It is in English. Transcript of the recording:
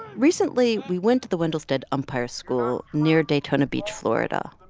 recently, we went to the wendelstedt umpire school near daytona beach, fla. and